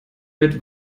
mit